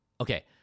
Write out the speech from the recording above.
Okay